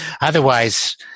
Otherwise